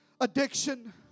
addiction